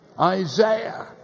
Isaiah